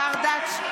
נגד אבי דיכטר,